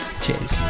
cheers